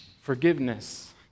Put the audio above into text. forgiveness